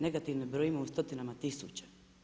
Negativne brojimo u stotinama tisuća.